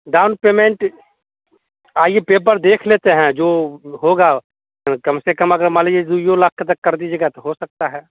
down payment आइए paper देख लेते हैं जो होगा कम से कम अगर मान लीजिए दो लाख तक कर दीजिएगा तो हो सकता है